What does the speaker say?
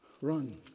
Run